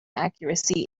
accuracy